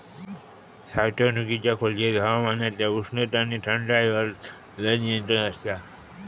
साठवणुकीच्या खोलयेत हवामानातल्या उष्णता आणि थंडायर लय नियंत्रण आसता